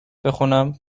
بخونم